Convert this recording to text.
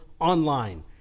online